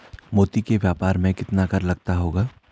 मोती के व्यापार में कितना कर लगता होगा?